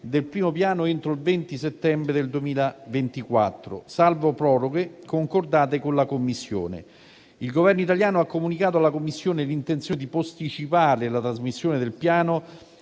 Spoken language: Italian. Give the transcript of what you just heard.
del primo Piano entro il 20 settembre 2024, salvo proroghe concordate con la Commissione. Il Governo italiano ha comunicato alla Commissione l'intenzione di posticipare la trasmissione del Piano